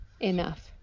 enough